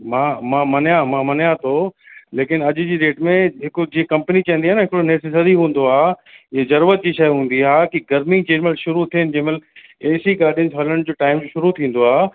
मां मां मञिया मां मञिया थो लेकिन अॼ जी डेट में हिकु जीअं कंपनी चवंदी आहे न हिकिड़ो नेसेसरी हूंदो आहे इहे ज़रूरत जी शइ हूंदी आहे की गर्मी जेॾी महिल शुरू थियनि जेमहिल एसी गाॾियुनि हलण जो टाइम शुरू थींदो आहे